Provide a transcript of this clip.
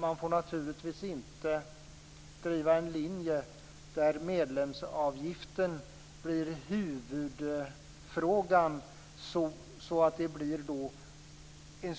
Man får naturligtvis inte driva en linje där medlemsavgiften blir huvudfrågan så att det blir en